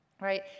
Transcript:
right